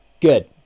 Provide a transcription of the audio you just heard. Good